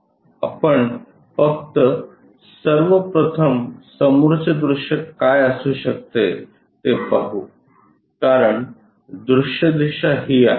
आपण फक्त सर्व प्रथम समोरचे दृश्य काय असू शकते ते पाहू कारण दृश्य दिशा ही आहे